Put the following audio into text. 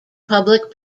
public